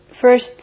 first